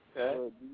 Okay